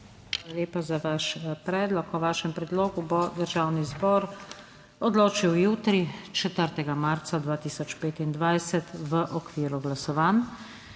lepa za vaš predlog. O vašem predlogu bo Državni zbor odločil jutri, 4. marca 2025, v okviru glasovanj.